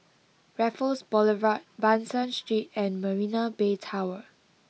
Raffles Boulevard Ban San Street and Marina Bay Tower